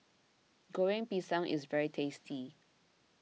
Goreng Pisang is very tasty